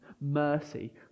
mercy